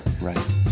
right